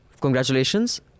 Congratulations